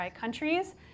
countries